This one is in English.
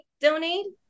donate